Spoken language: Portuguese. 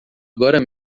agora